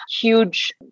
huge